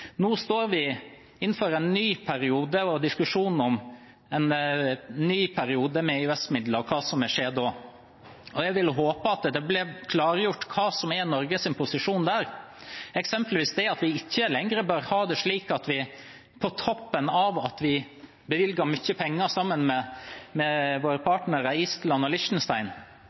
Nå står vi i diskusjonen om en ny periode med EØS-midler, og om hva som vil skje. Jeg vil håpe at det blir klargjort hva som er Norges posisjon. Eksempelvis bør vi ikke lenger ha det slik at i tillegg til at vi bevilger mye penger sammen med våre partnere Island og Liechtenstein,